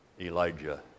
Elijah